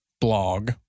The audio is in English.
blog